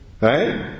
Right